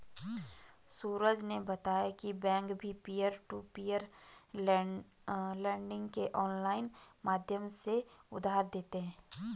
सूरज ने बताया की बैंक भी पियर टू पियर लेडिंग के ऑनलाइन माध्यम से उधार देते हैं